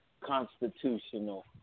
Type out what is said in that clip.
constitutional